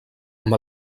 amb